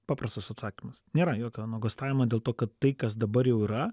paprastas atsakymas nėra jokio nuogąstavimo dėl to kad tai kas dabar jau yra